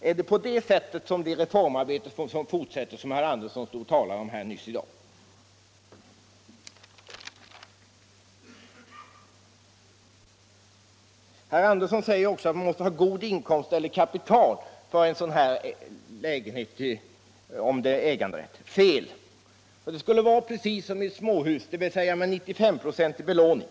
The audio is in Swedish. Är det på det sättet som det reformarbete fortsätter som herr Andersson stod här och talade om nyss? Herr Andersson säger också att man måste ha god inkomst eller kapital för att kunna skaffa sig en lägenhet med äganderätt. Fel! Det skulle vara precis som med småhus, dvs. 95-procentig belåning.